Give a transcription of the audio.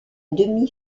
demi